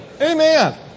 Amen